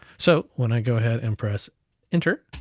so when i go ahead, and press enter,